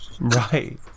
Right